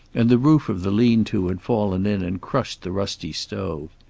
and the roof of the lean-to had fallen in and crushed the rusty stove.